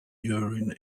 urine